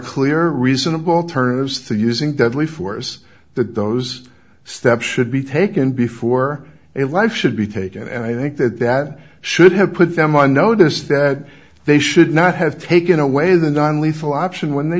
clear reasonable alternatives to using deadly force that those steps should be taken before a life should be taken and i think that that should have put them on notice that they should not have taken away the non lethal option when they